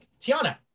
Tiana